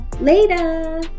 Later